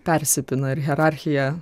persipina ir hierarchija